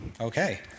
Okay